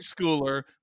schooler